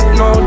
no